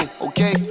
okay